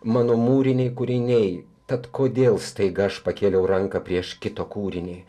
mano mūriniai kūriniai tad kodėl staiga aš pakėliau ranką prieš kito kūrinį